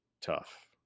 tough